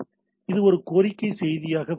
இது ஒரு கோரிக்கை செய்தியாக வருகிறது